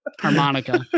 Harmonica